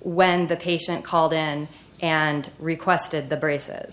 when the patient called in and requested the braces